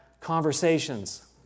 conversations